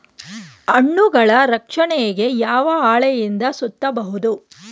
ಹಣ್ಣುಗಳ ರಕ್ಷಣೆಗೆ ಯಾವ ಹಾಳೆಯಿಂದ ಸುತ್ತಬಹುದು?